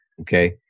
Okay